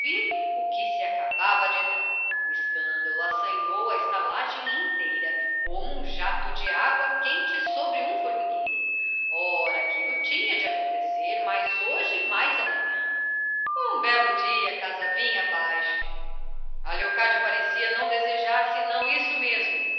o que se acabava de dar o escândalo assanhou a estalagem inteira como um jato de água quente sobre um formigueiro ora aquilo tinha de acontecer mais hoje mais amanhã um belo dia a casa vinha abaixo a leocádia parecia não desejar senão isso mesmo